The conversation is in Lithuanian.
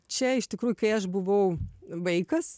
čia iš tikrųjų kai aš buvau vaikas